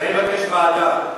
אז אני מבקש ועדה.